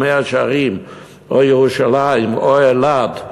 מאה-שערים או ירושלים או אלעד,